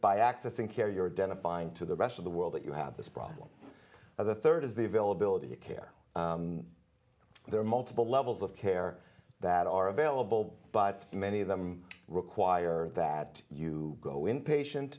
by accessing care you're den a find to the rest of the world that you have this problem and the third is the availability of care there are multiple levels of care that are available but many of them require that you go inpatient